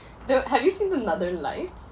the have you seen the northern lights